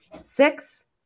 six